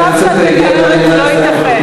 רוצים לשנות את כללי המשחק.